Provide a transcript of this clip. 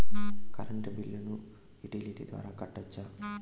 Current బిల్లును utility ద్వారా కట్టొచ్చా?